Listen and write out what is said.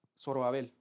Zorobabel